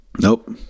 Nope